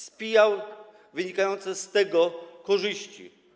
Spijał wynikające z tego korzyści.